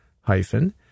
hyphen